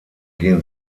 gehen